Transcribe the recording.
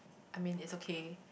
I mean it's okay